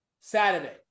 Saturday